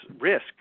risk